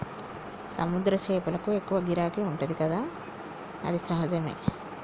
సముద్ర చేపలకు ఎక్కువ గిరాకీ ఉంటది కదా అది సహజమే